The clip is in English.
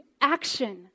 action